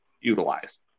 utilized